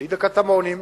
יליד הקטמונים,